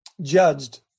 judged